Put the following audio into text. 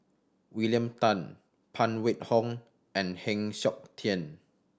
William Tan Phan Wait Hong and Heng Siok Tian